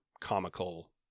comical